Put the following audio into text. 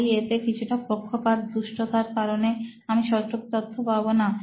তাই এতে কিছুটা পক্ষপাতদুষ্টতার কারণে আমি সঠিক তথ্য পাব না